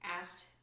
asked